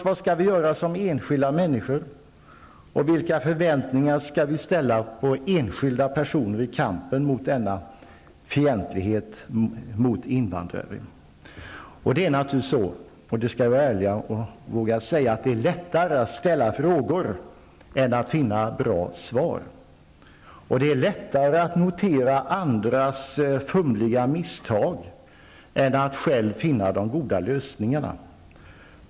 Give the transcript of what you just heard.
Vad skall vi göra som enskilda människor och vilka förväntningar skall vi ställa på enskilda personer i kampen mot invandrarfientligheten? Det är naturligtvis så -- det skall vi vara ärliga och våga säga -- att det är lättare att ställa frågor än att finna bra svar. Det är lättare att notera andras fumliga misstag än att själv finna de goda lösningarna.